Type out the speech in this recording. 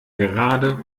gerade